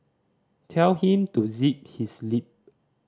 tell him to zip his lip